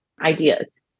ideas